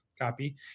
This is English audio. copy